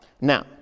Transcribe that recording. now